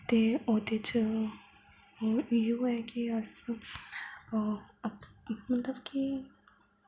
ते ओह्दे च इयो ऐ कि अस मतलब की